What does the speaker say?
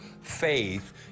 faith